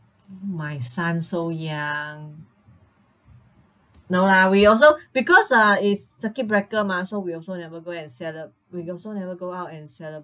my son so young no lah we also because uh is circuit breaker mah so we also never go and celeb~ we also never go out and celebrate